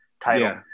title